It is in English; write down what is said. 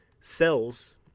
cells –